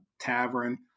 tavern